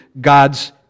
God's